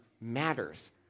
matters